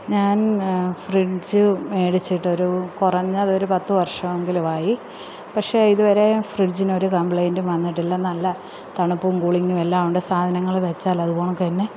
ഞാൻ ഫ്രിഡ്ജ് മേടിച്ചിട്ടൊരു കുറഞ്ഞത് ഒരു പത്ത് വർഷവെങ്കിലുവായി പക്ഷേ ഇതുവരെ ഫ്രിഡ്ജിനൊരു കമ്പ്ലൈൻറ്റും വന്നിട്ടില്ല നല്ല തണുപ്പും കൂളിങ്ങുവെല്ലാമുണ്ട് സാധനങ്ങൾ വെച്ചാലതുപൊലണക്ക് തന്നെ